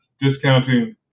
discounting